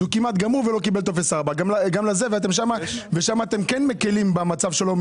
הוא כמעט גמור ולא קיבל טופס 4. שם אתם כן מקלים במצב שלו,